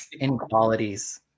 inequalities